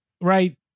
Right